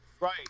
Right